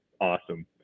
awesome